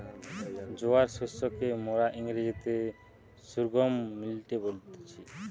জোয়ার শস্যকে মোরা ইংরেজিতে সর্ঘুম মিলেট বলতেছি